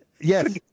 Yes